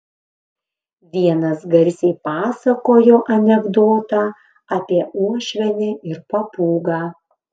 vienas garsiai pasakojo anekdotą apie uošvienę ir papūgą